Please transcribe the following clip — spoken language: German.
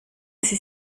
sie